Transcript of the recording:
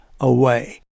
away